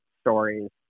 stories